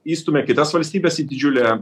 įstumia kitas valstybes į didžiulę